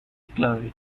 chole